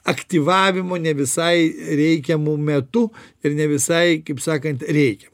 aktyvavimo ne visai reikiamu metu ir ne visai kaip sakant reikia